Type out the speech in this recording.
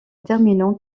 terminant